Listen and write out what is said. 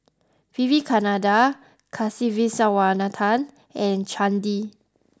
Vivekananda Kasiviswanathan and Chandi